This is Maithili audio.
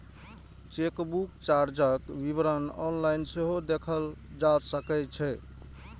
चेकबुक चार्जक विवरण ऑनलाइन सेहो देखल जा सकै छै